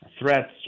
threats